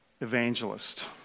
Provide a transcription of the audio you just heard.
evangelist